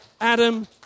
Adam